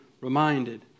reminded